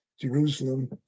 Jerusalem